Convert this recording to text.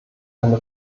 eine